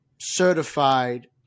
certified